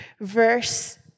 verse